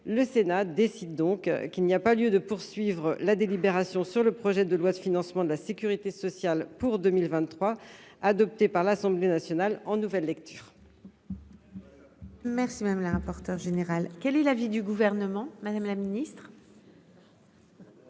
le Sénat décide donc qu'il n'y a pas lieu de poursuivre la délibération sur le projet de loi de financement de la Sécurité sociale pour 2023 adopté par l'Assemblée nationale en nouvelle lecture. Merci madame la rapporteure générale, quel est l'avis du gouvernement, madame la ministre.